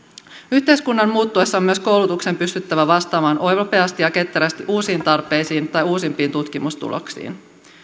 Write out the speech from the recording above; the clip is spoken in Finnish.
yhteiskunnan muuttuessa on myös koulutuksen pystyttävä vastaamaan nopeasti ja ketterästi uusiin tarpeisiin tai uusimpiin tutkimustuloksiin